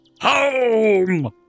home